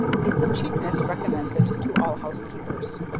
its cheapness recommends it to all housekeepers.